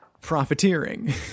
Profiteering